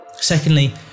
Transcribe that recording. Secondly